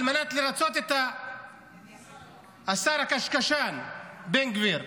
על מנת לרצות את השר הקשקשן בן גביר.